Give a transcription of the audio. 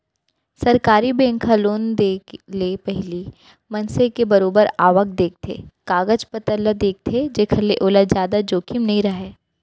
सरकारी बेंक ह लोन देय ले पहिली मनसे के बरोबर आवक देखथे, कागज पतर ल परखथे जेखर ले ओला जादा जोखिम नइ राहय